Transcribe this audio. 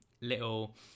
little